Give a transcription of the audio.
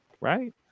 right